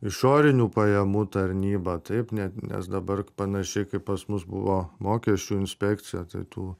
išorinių pajamų tarnybą taip net nes dabar panašiai kaip pas mus buvo mokesčių inspekcija tai tų